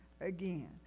again